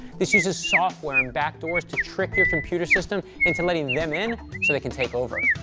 this uses software and back doors to trick your computer system into letting them in so they can take over.